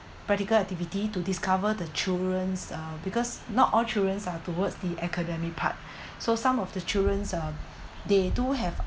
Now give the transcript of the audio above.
practical activity to discover the children's uh because not all childrens are towards the academic part so some of the children uh they do have